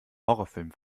horrorfilm